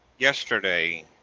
Yesterday